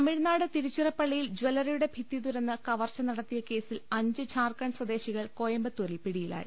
തമിഴ്നാട് തിരുച്ചിറപ്പള്ളിയിൽ ജല്ലറിയുടെ ഭിത്തി തുരന്ന് കവർച്ച നടത്തിയ കേസിൽ അഞ്ച് ജാർഖണ്ഡ് സ്വദേശികൾ കോയമ്പത്തൂരിൽ പിടിയിലായി